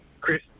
Chris